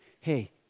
hey